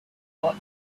butt